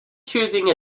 choosing